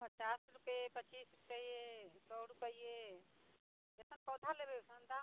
पचास रुपैए पच्चीस रुपैए सए रुपैए जेना पौधा लेबै ओना दाम